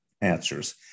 answers